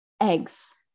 eggs